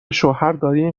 شوهرداریم